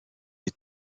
est